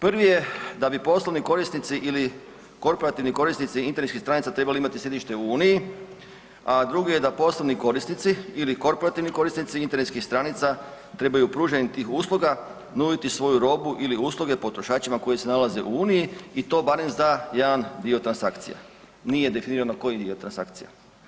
Prvi je da bi poslovni korisnici ili korporativni korisnici internetskih stranica trebali imati sjedište u Uniji, a drugi je da poslovni korisnici ili korporativni korisnici internetskih stranica trebaju … usluga nuditi svoju robu ili usluge potrošačima koji se nalaze u Uniji i to barem za jedan dio transakcija, nije definirano koji dio transakcija.